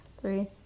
three